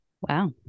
Wow